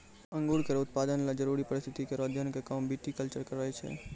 अंगूर केरो उत्पादन ल जरूरी परिस्थिति केरो अध्ययन क काम विटिकलचर करै छै